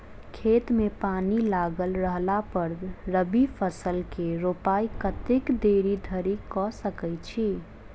खेत मे पानि लागल रहला पर रबी फसल केँ रोपाइ कतेक देरी धरि कऽ सकै छी?